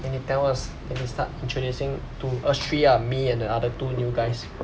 then they tell us then they start introducing to us three ah me and the other two new guys